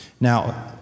Now